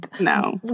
no